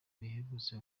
riherutse